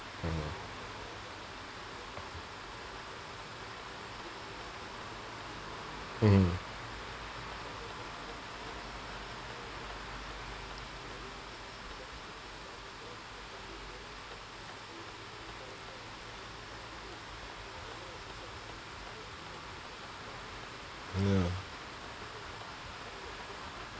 mmhmm mmhmm ya